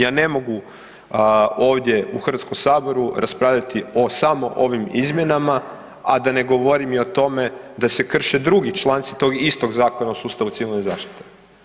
Ja ne mogu ovdje u Hrvatskom saboru raspravljati o samo ovim izmjenama, a da ne govorim i o tome da se krše drugi članci tog istog Zakona o sustavu Civilne zaštite.